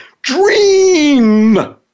dream